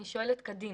אני שואלת לעתיד.